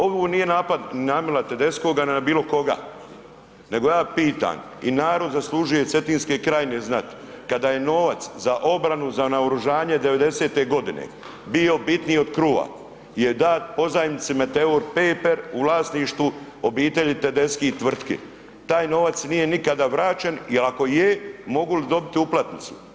Ovo nije napad na Emila TEdeschkoga ni na bilo koga, nego ja pitam i narod zaslužuje Cetinske krajine znat, kada je novac za obranu za naoružanje '90.-te godine bio bitniji od kruha je dat pozajmici Meteor Paper u vlasništvu obitelji Tedeschi tvrtki, taj novac nije nikada vraćen i ako je mogul dobiti uplatnicu.